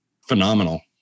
phenomenal